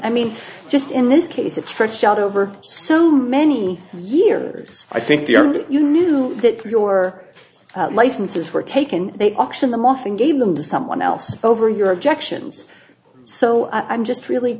i mean just in this case it stretched out over so many years i think you knew that your licenses were taken they auctioned them off and gave them to someone else over your objections so i'm just really